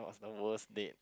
of the worst date